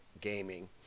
gaming